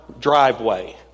driveway